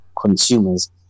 consumers